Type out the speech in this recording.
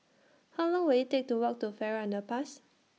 How Long Will IT Take to Walk to Farrer Underpass